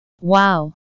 Wow